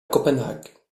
copenhague